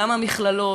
גם המכללות,